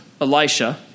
Elisha